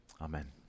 Amen